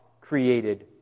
created